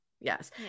Yes